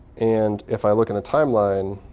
and if i look in the timeline,